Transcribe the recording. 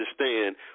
understand